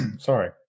Sorry